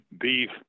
beef